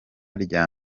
rya